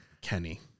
Kenny